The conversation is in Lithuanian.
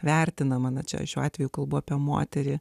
vertinama tačiau šiuo atveju kalbu apie moterį